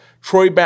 Troy